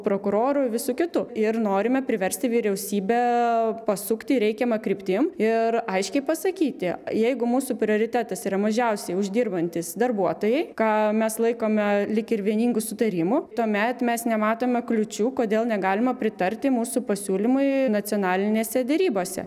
prokurorų visų kitų ir norime priversti vyriausybę pasukti reikiama kryptim ir aiškiai pasakyti jeigu mūsų prioritetas yra mažiausiai uždirbantys darbuotojai ką mes laikome lyg ir vieningu sutarimu tuomet mes nematome kliūčių kodėl negalima pritarti mūsų pasiūlymui nacionalinėse derybose